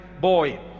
boy